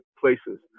places